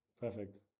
Perfect